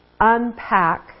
unpack